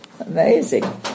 amazing